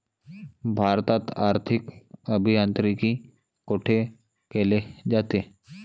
भारतात आर्थिक अभियांत्रिकी कोठे केले जाते?